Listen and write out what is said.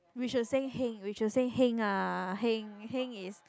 we should say heng we should say heng ah heng heng is